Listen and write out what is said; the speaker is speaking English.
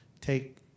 take